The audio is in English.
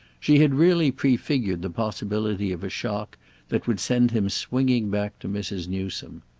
she had really prefigured the possibility of a shock that would send him swinging back to mrs. newsome.